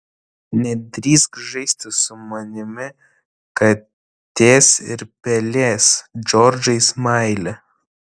nedrįsk žaisti su manimi katės ir pelės džordžai smaili